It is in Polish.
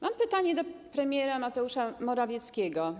Mam pytanie do premiera Mateusza Morawieckiego.